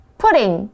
pudding